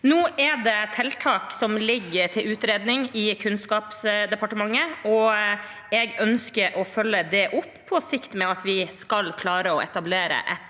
Nå er det tiltak som ligger til utredning i Kunnskapsdepartementet, og jeg ønsker å følge det opp på sikt, og at vi skal klare å etablere et